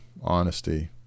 honesty